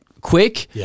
quick